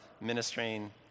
ministering